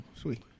Sweet